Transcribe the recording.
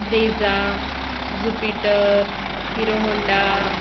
Brezza jupiter Hero Honda